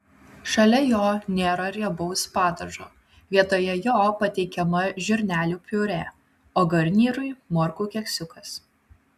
šalia jo nėra riebaus padažo vietoje jo pateikiama žirnelių piurė o garnyrui morkų keksiukas